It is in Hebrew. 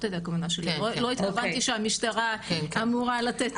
לא התכוונתי שהמשטרה אמורה לתת עונש.